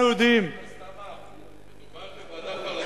חבר הכנסת עמאר, מדובר בוועדה פרלמנטרית.